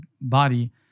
body